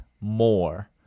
more